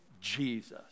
Jesus